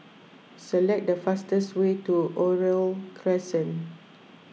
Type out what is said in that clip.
select the fastest way to Oriole Crescent